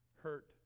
hurt